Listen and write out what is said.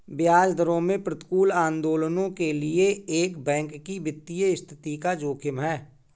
ब्याज दरों में प्रतिकूल आंदोलनों के लिए एक बैंक की वित्तीय स्थिति का जोखिम है